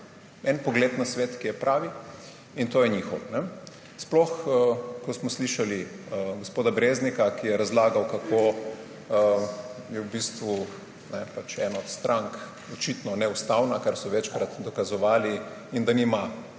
en pogled na svet, ki je pravi, in to je njihov. Sploh ko smo slišali gospoda Breznika, ki je razlagal, kako je ena od strank očitno neustavna, kar so večkrat dokazovali, in da nima